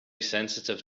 sensitive